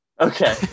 Okay